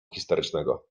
histerycznego